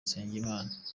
nsengimana